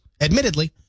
admittedly